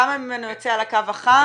כמה ממנו יוצא על הקו החם,